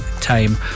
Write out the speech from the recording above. time